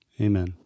Amen